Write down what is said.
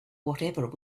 whatever